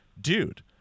dude